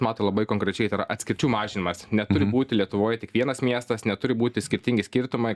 mato labai konkrečiai tai yra atskirčių mažinimas neturi būti lietuvoje tik vienas miestas neturi būti skirtingi skirtumai